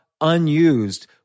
unused